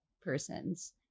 persons